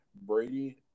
Brady